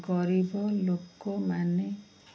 ଗରିବ ଲୋକମାନେ